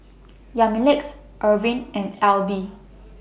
Yamilex Erving and Alby